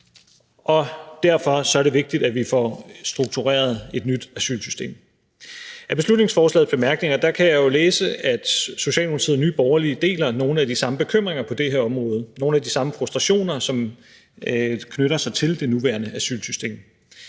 og derfor er det vigtigt, at vi får struktureret et nyt asylsystem. Af beslutningsforslagets bemærkninger kan jeg jo læse, at Socialdemokratiet og Nye Borgerlige deler nogle af de samme bekymringer på det her område, nogle af de samme frustrationer, som knytter sig til det nuværende asylsystem.